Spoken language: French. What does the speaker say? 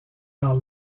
par